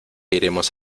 iremos